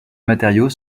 matériaux